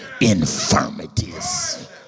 infirmities